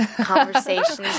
conversations